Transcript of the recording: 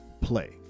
play